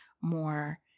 more